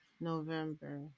November